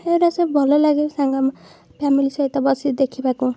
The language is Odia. ଏଗୁଡ଼ା ସବୁ ଭଲ ଲାଗେ ସାଙ୍ଗ ମ ଫ୍ୟାମିଲି ସହିତ ବସି ଦେଖିବାକୁ